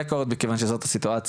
לשם הפרוטוקול, מכיוון שזו הסיטואציה.